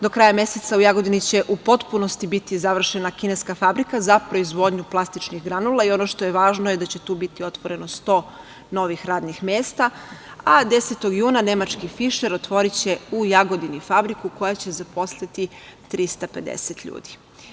Do kraja meseca u Jagodini će u potpunosti biti završena kineska fabrika za proizvodnju plastičnih granula i ono što je važno je da će tu biti otvoreno 100 novih radnih mesta, a 10. juna nemački „Fišer“ otvoriće u Jagodini fabriku koja će zaposliti 350 ljudi.